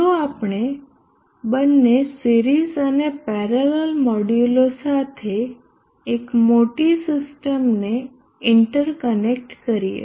ચાલો આપણે બંને સિરીઝ અને પેરેલલ મોડ્યુલો સાથે એક મોટી સિસ્ટમને ઇન્ટરકનેક્ટ કરીએ